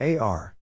AR